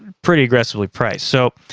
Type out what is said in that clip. pretty aggressively priced. so.